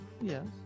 Yes